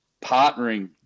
partnering